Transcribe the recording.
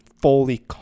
fully